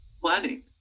planning